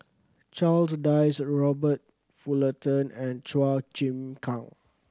Charles Dyce Robert Fullerton and Chua Chim Kang